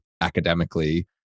academically